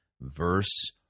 verse